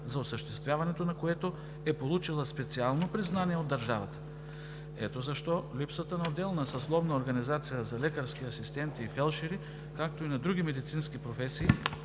за осъществяването на което е получила специално признание от държавата. Ето защо липсата на отделна съсловна организация за лекарски асистенти и фелдшери, както и на други медицински професии